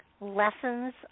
lessons